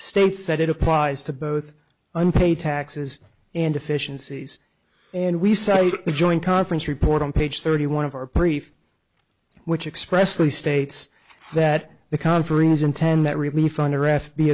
states that it applies to both unpaid taxes and efficiencies and we say joint conference report on page thirty one of our brief which expressly states that the